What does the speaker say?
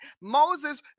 Moses